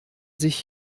sich